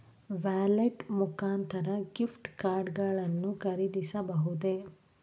Wallet ಮುಖಾಂತರ gift card ಗಳನ್ನು ಖರೀದಿಸಬಹುದೇ?